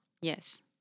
Yes